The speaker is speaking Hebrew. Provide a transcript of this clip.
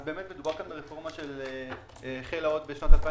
מדובר פה ברפורמה שהחלה עוד בשנת 2003,